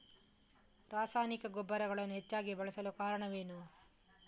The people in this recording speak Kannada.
ರಾಸಾಯನಿಕ ಗೊಬ್ಬರಗಳನ್ನು ಹೆಚ್ಚಾಗಿ ಬಳಸಲು ಕಾರಣವೇನು?